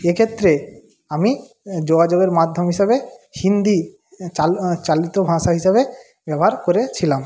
এক্ষেত্রে আমি যোগাযোগের মাধ্যম হিসাবে হিন্দি চাল চালিত ভাষা হিসাবে ব্যবহার করেছিলাম